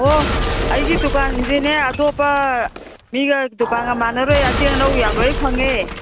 ꯑꯣ ꯑꯩꯒꯤ ꯇꯨꯀꯥꯟꯁꯤꯗꯤꯅꯦ ꯑꯇꯣꯞꯄ ꯃꯤꯒ ꯗꯨꯀꯥꯟꯒ ꯃꯥꯟꯅꯔꯣꯏ ꯑꯇꯦꯛ ꯑꯅꯧ ꯌꯥꯝ ꯂꯣꯏ ꯐꯪꯉꯦ